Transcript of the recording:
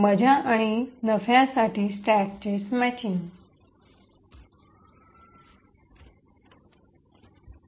मजा आणि नफ्यासाठी स्टॅकची smashing Smashing the Stack for Fun Profit